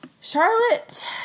Charlotte